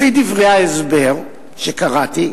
לפי דברי ההסבר שקראתי,